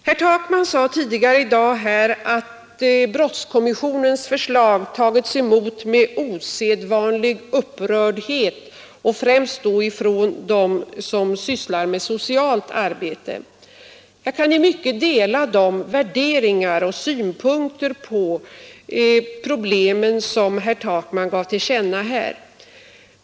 Herr Takman sade tidigare i dag att brottskommissionens förslag tagits emot med osedvanlig upprördhet, främst då från dem som sysslar med socialt arbete. Jag kan i mycket dela de värderingar och synpunkter på problemen som herr Takman här gav till känna.